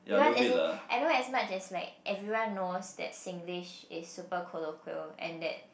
because as in I know as much as like everyone knows that Singlish is super colloquial and that